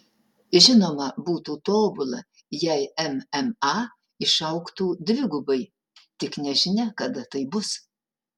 žinoma būtų tobula jei mma išaugtų dvigubai tik nežinia kada tai bus